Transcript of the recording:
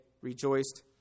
rejoiced